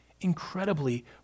incredibly